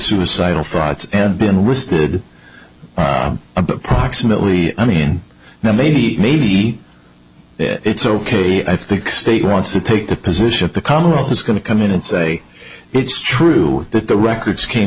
suicidal thoughts and been listed approximately i mean now maybe maybe it's ok i think state wants to take the position of the commonwealth is going to come in and say it's true that the records came